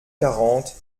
quarante